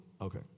okay